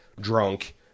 drunk